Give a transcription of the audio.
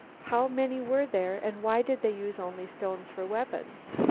how many were there and why did they use only stones for weapons?